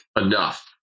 enough